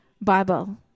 Bible